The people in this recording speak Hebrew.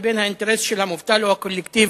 האינטרס של המובטל או הקולקטיב